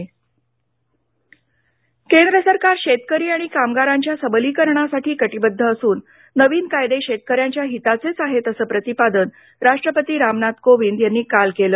राष्ट्पती केंद्र सरकार शेतकरी आणि कामगारांच्या सबलीकरणासाठी कटिबद्ध असून नवीन कायदे शेतकऱ्यांच्या हिताचेच आहेत असं प्रतिपादन राष्ट्रपती रामनाथ कोविंद यांनी काल केलं